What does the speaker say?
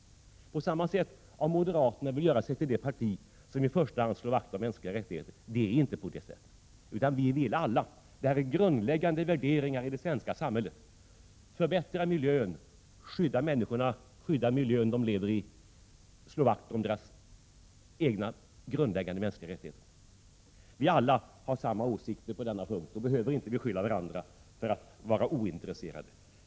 På samma sätt har moderaterna velat göra sig till det parti som i första hand slår vakt om mänskliga rättigheter. Det är inte på det sättet, utan det vill vi alla. Det är grundläggande värderingar i det svenska samhället att förbättra miljön, skydda människorna, skydda miljön de lever i, slå vakt om deras egna grundläggande mänskliga rättigheter. Vi har alla samma åsikter på denna punkt och behöver inte beskylla varandra för att vara ointresserade.